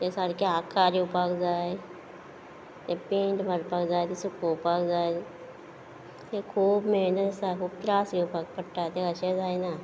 ते सारके आकार येवपाक जाय ते पैंट मारपाक जाय ते सुकोवपाक जाय तें खूब मेहनत आसा खूब त्रास घेवपाक पडटा तें अशें जायना